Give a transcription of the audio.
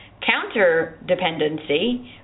counter-dependency